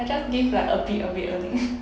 I just give like a bit a bit only